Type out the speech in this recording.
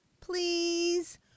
Please